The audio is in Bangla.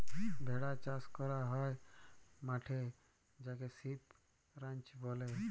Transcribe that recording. ভেড়া চাস ক্যরা হ্যয় মাঠে যাকে সিপ রাঞ্চ ব্যলে